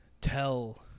tell